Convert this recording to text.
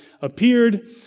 appeared